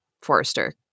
forester